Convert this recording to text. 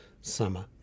summer